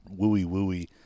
wooey-wooey